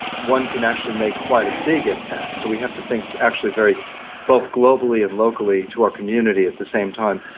one can actually make quite a big impact. so we have to think actually both globally and locally to our community at the same time.